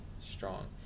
strong